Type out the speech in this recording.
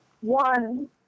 One